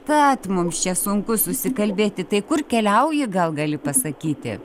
tad mums čia sunku susikalbėti tai kur keliauji gal gali pasakyti